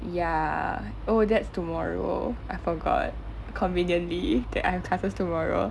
ya oh that's tomorrow I forgot conveniently that I have classes tomorrow